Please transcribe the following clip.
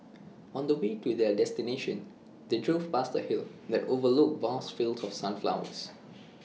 on the way to their destination they drove past A hill that overlooked vast fields of sunflowers